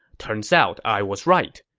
turns out i was right.